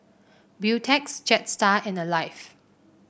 Beautex Jetstar and Alive